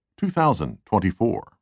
2024